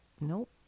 Nope